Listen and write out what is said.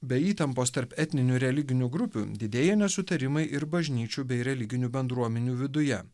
be įtampos tarp etninių religinių grupių didėja nesutarimai ir bažnyčių bei religinių bendruomenių viduje